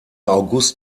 august